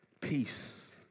Peace